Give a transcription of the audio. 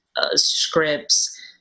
scripts